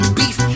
beef